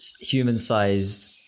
human-sized